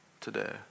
today